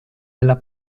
della